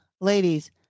ladies